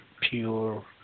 pure